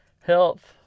health